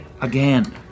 again